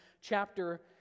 chapter